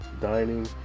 dining